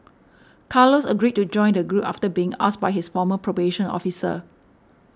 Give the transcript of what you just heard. carlos agreed to join the group after being asked by his former probation officer